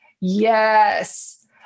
Yes